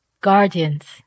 guardians